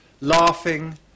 laughing